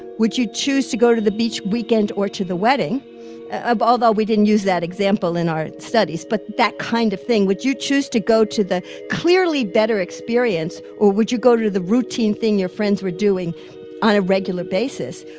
would you choose to go to the beach weekend or to the wedding ah but although although we didn't use that example in our studies but that kind of thing would you choose to go to the clearly better experience, or would you go to do the routine thing your friends were doing on a regular basis,